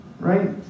right